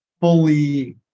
fully